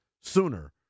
sooner